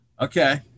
Okay